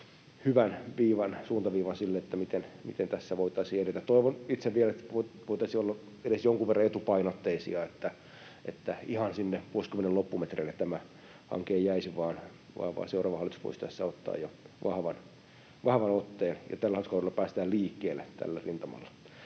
hyvän suuntaviivan sille, miten tässä voitaisiin edetä. Toivon itse vielä, että voitaisiin olla edes jonkun verran etupainotteisia, niin että ihan sinne vuosikymmenen loppumetreille tämä hanke ei jäisi vaan jo seuraava hallitus voisi tässä ottaa vahvan otteen. Ja tällä hallituskaudella päästään liikkeelle tällä rintamalla.